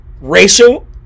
racial